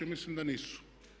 Mislim da nisu.